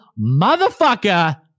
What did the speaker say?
Motherfucker